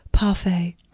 Parfait